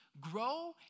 Grow